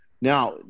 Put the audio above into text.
Now